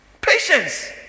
Patience